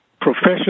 professional